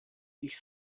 ich